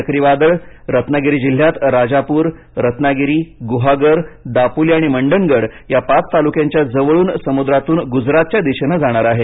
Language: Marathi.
चक्रीवादळ रत्नागिरी जिल्ह्यात राजापूर रत्नागिरी गुहागर दापोली आणि मंडणगड या पाच तालुक्यांच्या जवळून समुद्रातून गुजरातच्या दिशेनं जाणार आहे